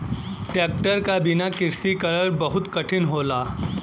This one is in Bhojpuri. ट्रेक्टर क बिना कृषि करल बहुत कठिन होला